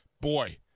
Boy